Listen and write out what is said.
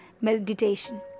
meditation